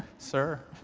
sir?